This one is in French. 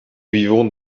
vivons